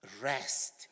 rest